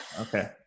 okay